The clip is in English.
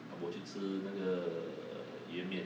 ah bo 去吃那个鱼圆面